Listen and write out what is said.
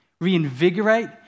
reinvigorate